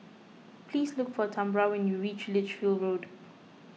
please look for Tambra when you reach Lichfield Road